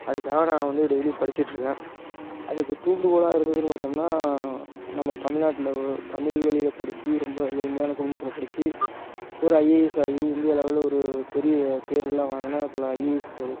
அதுக்காக நான் வந்து டெய்லியும் படிச்சிகிட்ருக்கேன் அதுக்கு தூண்டுகோலாக இருந்ததுன்னு பார்த்தோம்னா நம்ம தமிழ் நாட்டில் தமிழ் வழியில் படித்து ரொம்ப ஏழ்மையான குடும்பத்தில படித்து ஒரு ஐஏஎஸ் ஆகி இந்திய லெவெலில் ஒரு பெரிய பேருலாம் வாங்கின பல ஐஏஎஸ்கள்